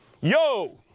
yo